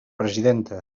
presidenta